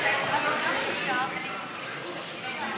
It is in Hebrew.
על ההסתייגויות שלי אני מבקשת שתצביע.